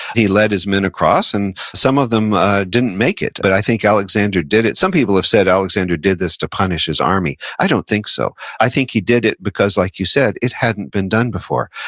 he led his men across and some of them didn't make it. but i think alexander did it. some people have said alexander did this to punish his army. i don't think so. i think he did it because, like you said, it hadn't been done before.